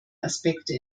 aspekte